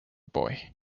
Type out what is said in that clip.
boy